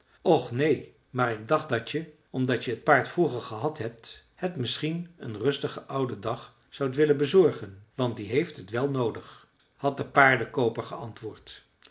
och neen maar ik dacht dat je omdat je het paard vroeger gehad hebt het misschien een rustigen ouden dag zoudt willen bezorgen want dien heeft het wel noodig had de paardenkooper geantwoord